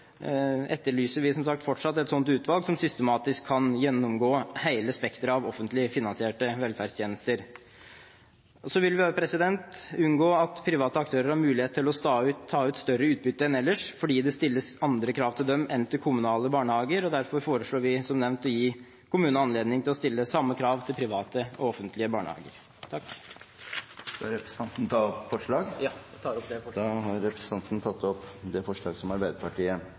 etterlyser vi som sagt fortsatt et utvalg som systematisk kan gjennomgå hele spekteret av offentlig finansierte velferdstjenester. Vi vil også unngå at private aktører får mulighet til å ta ut større utbytte enn ellers fordi det stilles andre krav til dem enn til kommunale barnehager. Derfor foreslår vi som nevnt å gi kommunene anledning til å stille samme krav til private og offentlige barnehager. Skal representanten ta opp forslag? Ja, jeg tar opp forslaget fra Arbeiderpartiet. Representanten Lasse Juliussen har tatt opp det forslaget